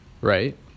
right